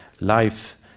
life